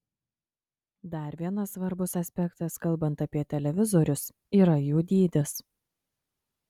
dar vienas svarbus aspektas kalbant apie televizorius yra jų dydis